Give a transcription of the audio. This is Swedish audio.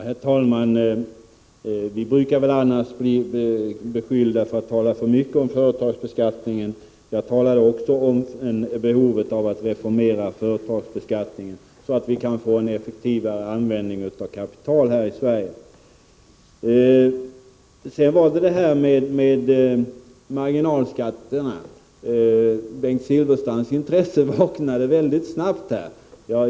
Herr talman! Vi brukar annars bli beskyllda för att tala för mycket om företagsbeskattningen. Även jag talade om behovet av att reformera företagsbeskattningen, så att vi kan få en effektivare användning av kapital här i Sverige. Sedan var det det där med marginalskatterna. Bengt Silfverstrands intresse vaknade väldigt snabbt.